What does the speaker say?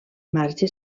marge